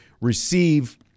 receive